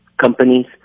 companies